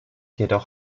jedoch